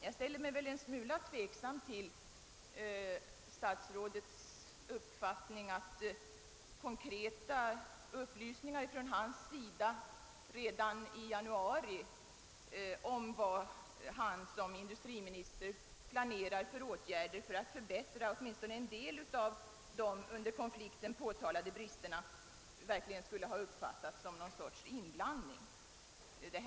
Jag ställer mig emellertid tveksam till statsrådets uppfattning att om han redan i januari hade lämnat konkreta upplysningar om vad han som industriminister planerade för åtgärder för att förbättra åtminstone en del av de under konflikten påtalade bristfälligheterna skulle detta ha uppfattats som inblandning.